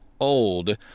old